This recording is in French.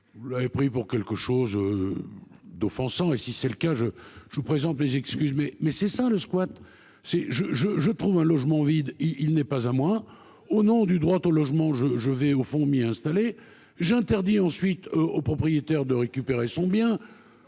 Vous l'avez pris pour quelque chose. D'offensant et si c'est le cas je je vous présente mes excuses mais, mais c'est ça le squat, c'est je je je trouve un logement vide, il n'est pas à moi au nom du droit au logement, je je vais au fond mis installer j'interdis ensuite aux propriétaires de récupérer son bien.